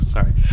Sorry